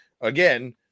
again